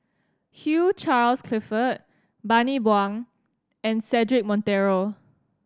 Hugh Charles Clifford Bani Buang and Cedric Monteiro